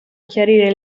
chiarire